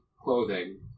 clothing